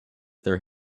their